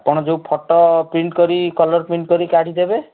ଆପଣ ଯୋଉ photo print କରି କଲର୍ ପ୍ରିଣ୍ଟ୍ କରି କାଢ଼ି ଦେବେ